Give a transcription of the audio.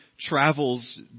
travels